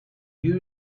you